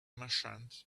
merchant